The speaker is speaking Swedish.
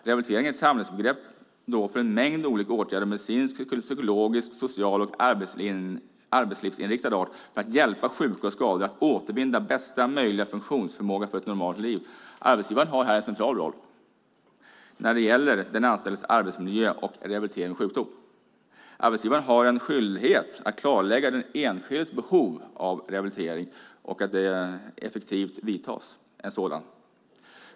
Rehabilitering är ett samlingsbegrepp för en mängd olika åtgärder av medicinsk, psykologisk, social och arbetslivsinriktad art för att hjälpa sjuka och skadade att återvinna bästa möjliga funktionsförmåga för ett normalt liv. Arbetsgivaren har här en central roll när det gäller den anställdes arbetsmiljö och rehabilitering vid sjukdom. Arbetsgivaren har en skyldighet att klarlägga den enskildes behov av rehabilitering och se till att en sådan effektivt vidtas.